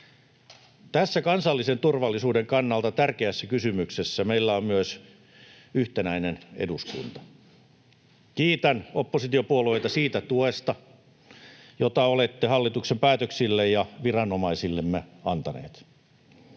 Tässä kansallisen turvallisuuden kannalta tärkeässä kysymyksessä meillä on myös yhtenäinen eduskunta. Kiitän oppositiopuolueita siitä tuesta, jota olette hallituksen päätöksille ja viranomaisillemme antaneet.